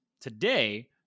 today